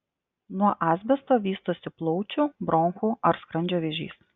nuo asbesto vystosi plaučių bronchų ar skrandžio vėžys